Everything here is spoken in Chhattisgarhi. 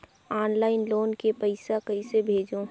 ऑनलाइन लोन के पईसा कइसे भेजों?